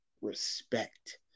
respect